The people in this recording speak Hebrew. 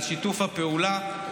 על שיתוף הפעולה,